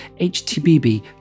HTBB